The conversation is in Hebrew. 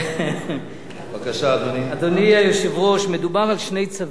אדוני היושב-ראש, מדובר על שני צווים,